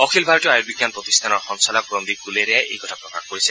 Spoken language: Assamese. অখিল ভাৰতীয় আযুৰ্বিজ্ঞান প্ৰতিষ্ঠানৰ সঞ্চালক ৰণদীপ গুলেৰীয়াই এই কথা প্ৰকাশ কৰিছে